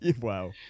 Wow